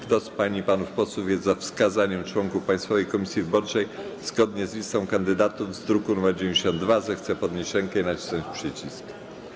Kto z pań i panów posłów jest za wskazaniem członków Państwowej Komisji Wyborczej, zgodnie z listą kandydatów z druku nr 92, zechce podnieść rękę i nacisnąć przycisk.